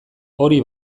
hori